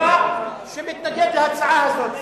שמתנגד להצעה הזאת.